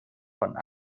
von